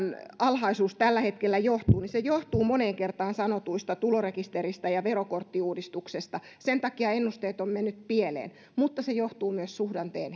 alhaisuus tällä hetkellä johtuu niin se johtuu moneen kertaan sanotuista tulorekisteristä ja verokorttiuudistuksesta niiden takia ennusteet ovat menneet pieleen mutta se johtuu myös suhdanteen